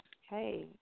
hey